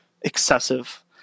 excessive